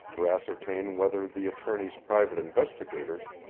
to ascertain whether the attorney's private investigators,